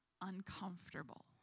uncomfortable